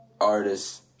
artists